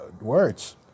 words